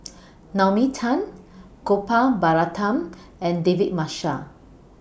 Naomi Tan Gopal Baratham and David Marshall